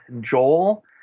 Joel